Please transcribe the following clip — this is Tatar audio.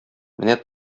менә